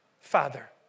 father